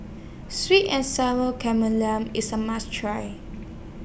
Sweet and Sour IS A must Try